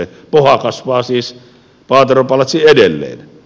poha kasvaa siis paateron palatsi edelleen